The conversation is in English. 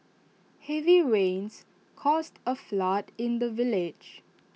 heavy rains caused A flood in the village